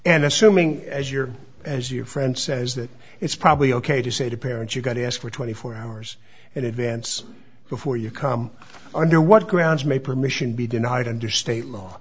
and assuming as your as your friend says that it's probably ok to say to parents you've got to ask for twenty four hours in advance before you come under what grounds may permission be denied under state law